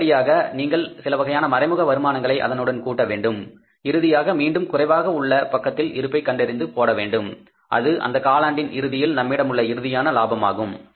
அடுத்தபடியாக நீங்கள் சிலவகையான மறைமுக வருமானங்களை அதனுடன் கூட்ட வேண்டும் இறுதியாக மீண்டும் குறைவாக உள்ள பக்கத்தில் இருப்பை கண்டறிந்து போடவேண்டும் அது அந்த காலாண்டின் இறுதியில் நம்மிடமுள்ள இறுதியான லாபமாகும்